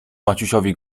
maciusiowi